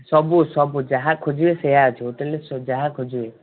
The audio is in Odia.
ସବୁ ସବୁ ଯାହା ଖୋଜିବେ ସେଇଆ ଅଛି ହୋଟେଲରେ ଯାହା ଖୋଜିବେ